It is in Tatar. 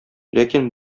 ләкин